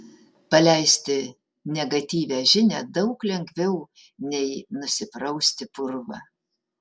paleisti negatyvią žinią daug lengviau nei nusiprausti purvą